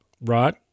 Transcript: right